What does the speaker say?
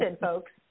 folks